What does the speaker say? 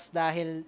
dahil